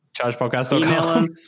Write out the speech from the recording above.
ChargePodcast.com